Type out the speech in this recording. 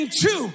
two